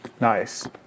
Nice